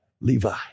Levi